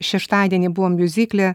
šeštadienį buvom miuzikle